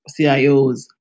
cios